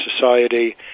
society